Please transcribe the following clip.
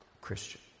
Christian